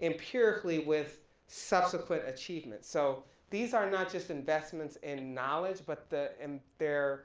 empirically with subsequent achievements so these are not just investments in knowledge but the, in they're,